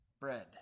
bread